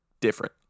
different